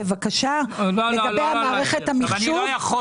הוא מדבר על מערכת המחשוב.